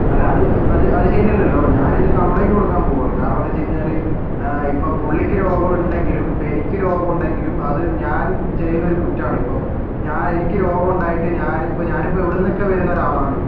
അല്ല അത് അത് ശരിയല്ലല്ലോ ഞാനിത് കംപ്ലയിന്റ് കൊടുക്കാൻ പോകുവാണ് കാരണം എന്താണെന്ന് വെച്ചുകഴിഞ്ഞാൽ ഇപ്പോൾ പുള്ളിക്ക് രോഗം ഉണ്ടെങ്കിലും ഇപ്പോൾ എനിക്ക് രോഗം ഉണ്ടെങ്കിലും അത് ഞാൻ ചെയ്യുന്നൊരു കുറ്റമാണ് ഇപ്പം ഞാൻ എനിക്ക് രോഗം ഉണ്ടായിട്ട് ഞാനിപ്പൊ ഞാനിപ്പോൾ എവിടെ നിന്നൊക്കെ വരുന്ന ഒരാളാണ്